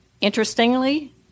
interestingly